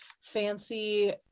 fancy